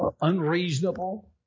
unreasonable